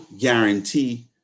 guarantee